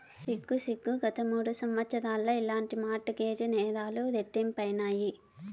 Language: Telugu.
సిగ్గు సిగ్గు, గత మూడు సంవత్సరాల్ల ఇలాంటి మార్ట్ గేజ్ నేరాలు రెట్టింపైనాయి